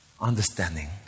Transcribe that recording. understanding